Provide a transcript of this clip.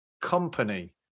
company